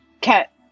Cat